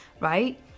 right